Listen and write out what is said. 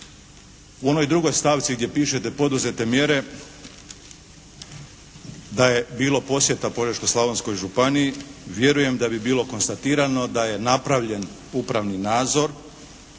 U onoj drugoj stavci gdje pišete poduzete mjere da je bilo posjeta Požeško-slavonskoj županiji vjerujem da bi bilo konstatirano da je napravljen upravni nadzor,